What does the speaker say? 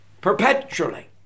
perpetually